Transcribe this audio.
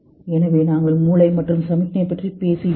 எனவே நாங்கள் மூளை மற்றும் சமிக்ஞை பற்றி பேசுகிறோம்